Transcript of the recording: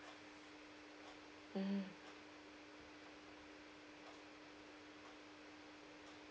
mm